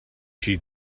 she